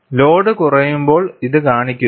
load കുറയുമ്പോൾ ഇത് കാണിക്കുന്നു